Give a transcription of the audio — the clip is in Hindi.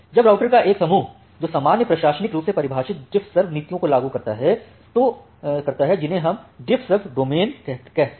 अब राउटर का एक समूह जो सामान्य प्रशासनिक रूप से परिभाषित डिफ्फसर्व नीतियों को लागू करता है जिन्हें वे डिफ्फसर्व डोमेन कहते हैं